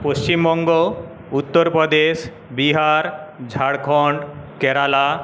Paschimbanga Uttar Pradesh Bihar Jharkhand Kerala